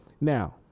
now